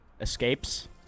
escapes